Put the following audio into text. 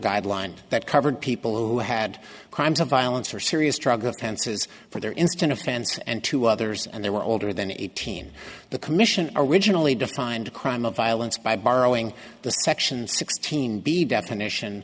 guideline that covered people who had crimes of violence or serious drug offenses for their instant offense and to others and they were older than eighteen the commission originally defined the crime of violence by borrowing the section sixteen b definition